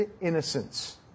innocence